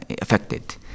affected